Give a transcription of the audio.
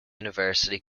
university